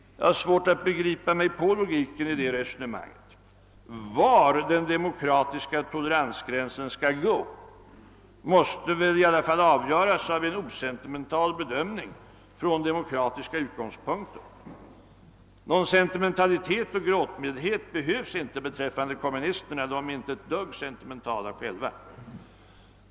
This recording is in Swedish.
Jag har svårt att begripa mig på logiken i detta resonemang. Var den demokratiska toleransgränsen skall gå måste väl i alla fall avgöras av en osentimental bedömning från demokratiska utgångspunkter. Någon sentimentalitet och gråtmildhet behövs inte beträffande kommunisterna; de är inte ett dugg sentimentala själva.